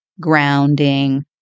grounding